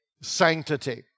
sanctity